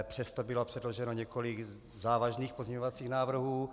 Přesto bylo předloženo několik závažných pozměňovacích návrhů.